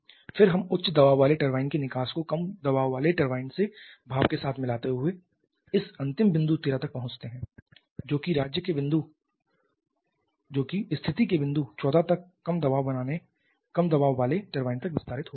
फिर हम उच्च दबाव वाले टरबाइन के निकास को कम दबाव वाले टरबाइन से भाप के साथ मिलाते हुए इस अंतिम बिंदु 13 तक पहुंचते हैं जो कि स्थिति के बिंदु 14 तक कम दबाव वाले टरबाइन तक विस्तारित हो रहा है